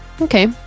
Okay